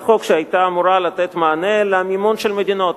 חוק שהיתה אמורה לתת מענה למימון של מדינות,